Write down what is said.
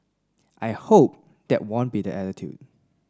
I hope there won't be the attitude